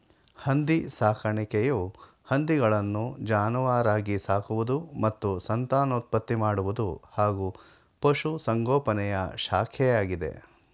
ಹಂದಿ ಸಾಕಾಣಿಕೆಯು ಹಂದಿಗಳನ್ನು ಜಾನುವಾರಾಗಿ ಸಾಕುವುದು ಮತ್ತು ಸಂತಾನೋತ್ಪತ್ತಿ ಮಾಡುವುದು ಹಾಗೂ ಪಶುಸಂಗೋಪನೆಯ ಶಾಖೆಯಾಗಿದೆ